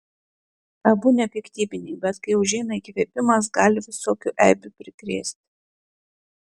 abu nepiktybiniai bet kai užeina įkvėpimas gali visokių eibių prikrėsti